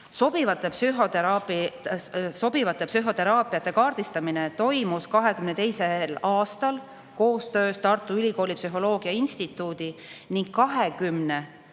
Sobivate psühhoteraapiate kaardistamine toimus 2022. aastal koostöös Tartu Ülikooli psühholoogia instituudi ning 20